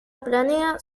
planea